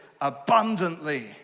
abundantly